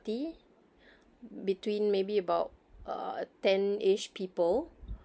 between maybe about uh tenish people